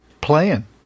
playing